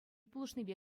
пулӑшнипе